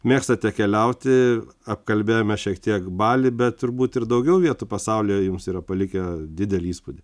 mėgstate keliauti apkalbėjome šiek tiek balį bet turbūt ir daugiau vietų pasaulyje jums yra palikę didelį įspūdį